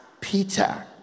Peter